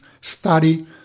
study